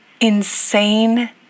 insane